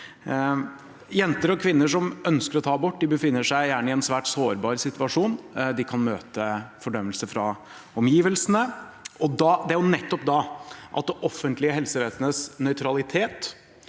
Jenter og kvinner som ønsker å ta abort, befinner seg gjerne i en svært sårbar situasjon. De kan møte fordømmelse fra omgivelsene, og det er jo nettopp da at det offentlige helsevesenets nøytralitet